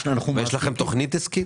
יש לכם תוכנית עסקית?